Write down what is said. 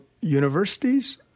universities